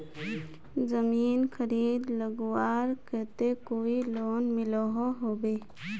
जमीन खरीद लगवार केते कोई लोन मिलोहो होबे?